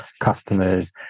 customers